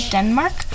Denmark